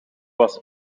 was